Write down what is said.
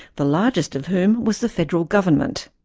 the largest of whom was the federal government.